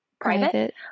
private